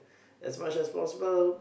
as much as possible